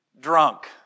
Drunk